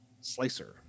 slicer